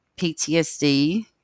PTSD